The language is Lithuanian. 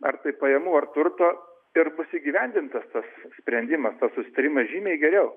ar tai pajamų ar turto tai ir bus įgyvendintas tas sprendimas tas susitarimas žymiai geriau